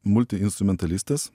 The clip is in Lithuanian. multi instrumentalistas